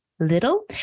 Little